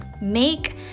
Make